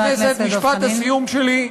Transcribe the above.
חבר הכנסת דב חנין.